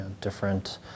different